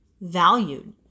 valued